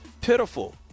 Pitiful